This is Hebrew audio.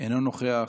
אינו נוכח,